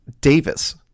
Davis